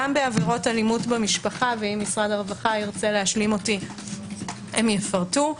גם בעבירות אלימות במשרד - ואם משרד הרווחה ירצה להשלים הם יפרטו.